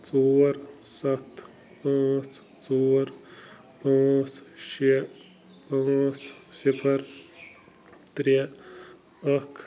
ژور سَتھ پانٛژھ ژور پانٛژھ شےٚ پانٛژھ صِفر ترٛےٚ اکھ